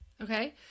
Okay